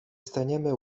staniemy